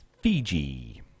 Fiji